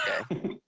okay